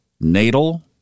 natal